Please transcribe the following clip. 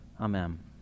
Amen